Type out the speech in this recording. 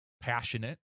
passionate